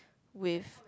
with